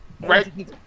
Right